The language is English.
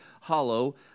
hollow